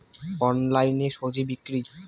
অনলাইনে স্বজি বিক্রি?